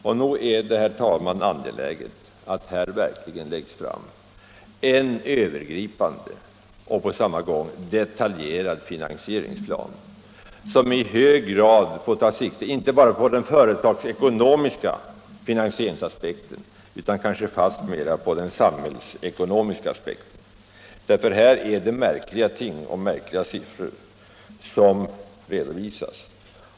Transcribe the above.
Och nog är det, herr talman, angeläget att här verkligen läggs fram en övergripande och på samma gång detaljerad finansieringsplan, som i hög grad får ta sikte inte bara på den företagsekonomiska finansieringsaspekten utan kanske fastmera på den samhällsekonomiska. Här är det nämligen märkliga ting och märkliga siffror som redovisas.